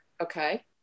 Okay